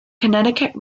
connecticut